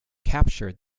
captured